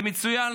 זה מצוין